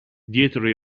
dietro